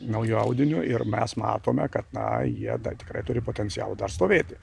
nauju audiniu ir mes matome kad na jie dar tikrai turi potencialo dar stovėti